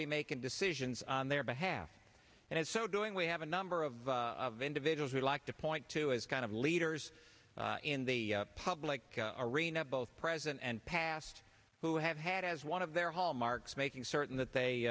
be making decisions on their behalf and so doing we have a number of of individuals we'd like to point to as kind of leaders in the public arena both present and past who have had as one of their hallmarks making certain that they